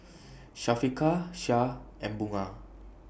Syafiqah Shah and Bunga